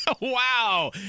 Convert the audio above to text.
Wow